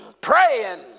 Praying